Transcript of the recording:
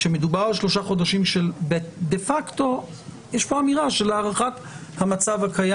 כשמדובר על שלושה חודשים של דה-פקטו יש פה אמירה של הארכת המצב הקיים.